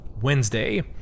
Wednesday